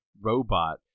robot